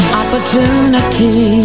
opportunity